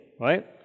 right